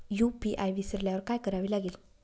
UPI विसरल्यावर काय करावे लागेल?